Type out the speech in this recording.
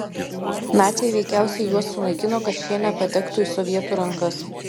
naciai veikiausiai juos sunaikino kad šie nepatektų į sovietų rankas